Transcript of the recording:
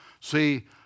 See